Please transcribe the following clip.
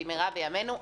במהרה ימינו,